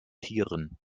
tieren